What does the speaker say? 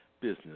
business